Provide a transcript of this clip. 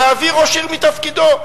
להעביר ראש עיר מתפקידו.